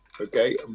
Okay